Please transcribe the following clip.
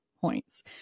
points